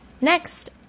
Next